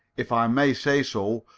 if i may say so,